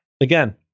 again